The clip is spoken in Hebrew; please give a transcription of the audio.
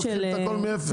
תתחיל את הכול מאפס?